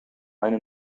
eine